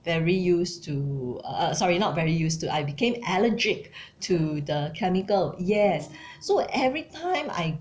very used to uh uh sorry not very used to I became allergic to the chemical yes so every time I